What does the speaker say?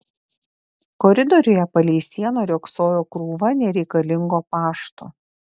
koridoriuje palei sieną riogsojo krūva nereikalingo pašto